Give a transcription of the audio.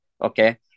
Okay